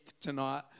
tonight